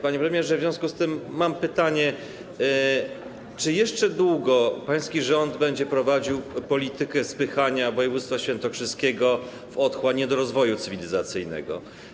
Panie premierze, w związku z tym mam pytanie: Czy jeszcze długo pański rząd będzie prowadził politykę spychania województwa świętokrzyskiego w otchłań niedorozwoju cywilizacyjnego?